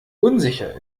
unsicher